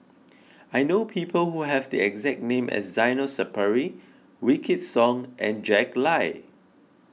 I know people who have the exact name as Zainal Sapari Wykidd Song and Jack Lai